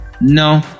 No